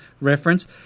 reference